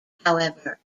however